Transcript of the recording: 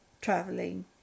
traveling